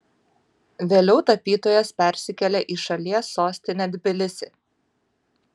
vėliau tapytojas persikėlė į šalies sostinę tbilisį